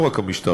לא רק המשטרה,